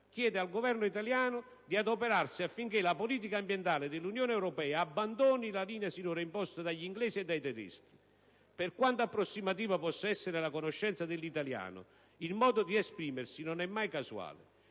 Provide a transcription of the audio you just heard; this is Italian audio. chiede al Governo italiano di «adoperarsi affinché la politica ambientale dell'Unione europea abbandoni la linea sinora imposta» dagli inglesi e dai tedeschi. Per quanto approssimativa possa essere la conoscenza dell'italiano, il modo di esprimersi non è mai casuale.